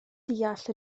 deall